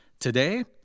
Today